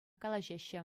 калаҫаҫҫӗ